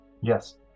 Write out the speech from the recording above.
Yes